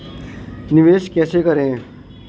निवेश कैसे करें?